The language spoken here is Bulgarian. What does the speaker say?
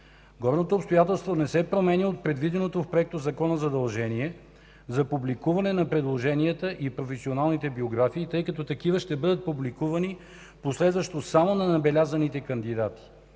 Горното обстоятелство не се променя от предвиденото в Законопроекта задължение за публикуване на предложенията и професионалните биографии, тъй като такива ще бъдат публикувани последващо само на набелязаните кандидати.